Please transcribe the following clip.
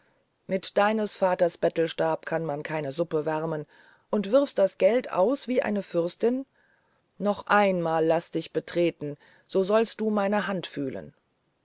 mit deines vaters bettelstab kann man keine suppe wärmen und wirfst das geld aus wie eine fürstin noch einmal laß dich betreten so sollst du meine hand fühlen